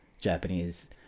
Japanese